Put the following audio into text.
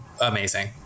amazing